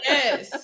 Yes